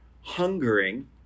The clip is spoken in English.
hungering